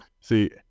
See